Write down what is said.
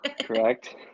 Correct